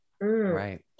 right